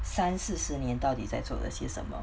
三四十年到底在做了些什么